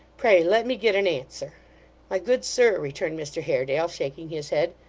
pray let me get an answer my good sir returned mr haredale, shaking his head,